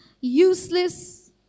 useless